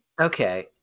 Okay